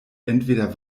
entweder